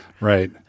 Right